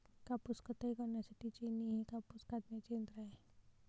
कापूस कताई करण्यासाठी जेनी हे कापूस कातण्याचे यंत्र आहे